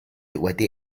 wedi